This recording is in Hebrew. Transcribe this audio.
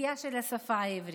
ותחייה של השפה העברית.